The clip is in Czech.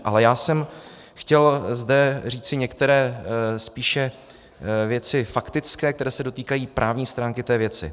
Ale já jsem chtěl zde říci některé spíše věci faktické, které se dotýkají právní stránky té věci.